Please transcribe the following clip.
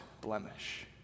blemish